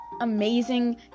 amazing